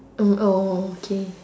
mm oh oh oh okay